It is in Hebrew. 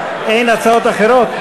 אין הצעות אחרות?